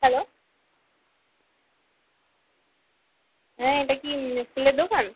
hello হ্যাঁ এটা কি ফুলের দোকান